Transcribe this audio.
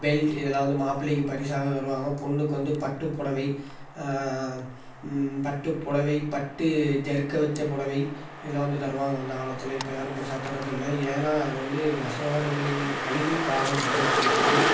belt இதெல்லாம் வந்து மாப்பிள்ளைக்கு பரிசாக தருவாங்க பெண்ணுக்கு வந்து பட்டு புடவை பட்டு புடவை பட்டு ஜரிக்கை வைச்ச புடவை இதெல்லாம் வந்து தருவாங்க அந்த காலத்தில் இப்போ யாரும் பெரிசா தர்றதில்லை ஏன்னால் அது வந்து நெசவாளருகளின் அழிவு காலம் ஆரமிச்சி விட்டுது